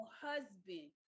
husband